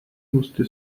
musste